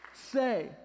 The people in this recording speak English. say